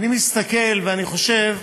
אני מסתכל ואני חושב,